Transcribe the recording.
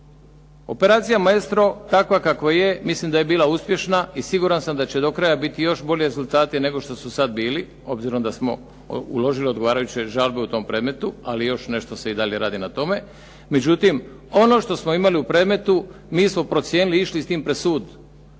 Operacija "Maestro" takva kakva je mislim da je bila uspješna i siguran sam da će do kraja biti još bolji rezultati nego što su sad bili obzirom da smo uložili odgovarajuće žalbe u tom predmetu, ali i još nešto se i dalje radi na tome. Međutim, ono što smo imali u predmetu mi smo procijenili, išli s tim pred sud.